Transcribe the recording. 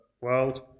world